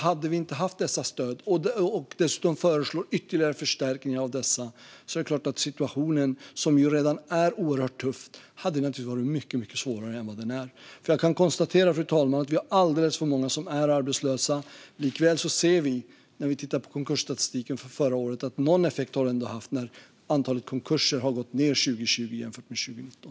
Hade vi inte haft dessa stöd, som vi nu dessutom föreslår ytterligare förstärkningar av, är det klart att situationen, som redan är oerhört tuff, hade varit mycket svårare än vad den är. Fru talman! Jag kan konstatera att vi har alldeles för många som är arbetslösa. Likväl ser vi när vi tittar på konkursstatistiken från förra året att allt detta ändå har haft någon effekt eftersom antalet konkurser gick ned 2020 jämfört med 2019.